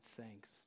thanks